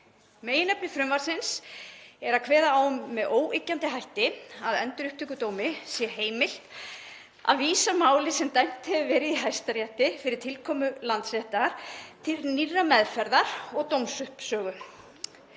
Meginefni frumvarpsins er að kveða á um með óyggjandi hætti að Endurupptökudómi sé heimilt að vísa máli sem dæmt hefur verið í Hæstarétti fyrir tilkomu Landsréttar til nýrrar meðferðar og dómsuppsögu